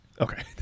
okay